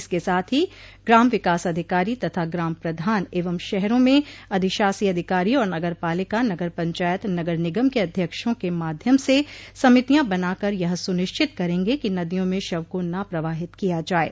इसके साथ ही ग्राम विकास अधिकारी तथा ग्राम प्रधान एवं शहरों में अधिशाषी अधिकारी और नगर पालिका नगर पंचायत नगर निगम के अध्यक्षों क माध्यम से समितियां बनाकर यह सुनिश्चित करेंगे कि नदियों में शव को न प्रवाहित किया जाये